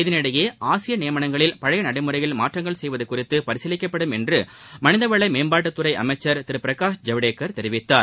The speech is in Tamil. இதனிடையே ஆசிரியர் நியமனங்களில் பழைய நடைமுறையில் மாற்றங்கள் செய்வது குறித்து பரிசீலிக்கப்படும் என்று மனிதவள மேம்பாட்டுத் துறை அமைச்சர் திரு பிரகாஷ் ஜவ்டேகர் தெரிவித்தார்